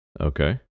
Okay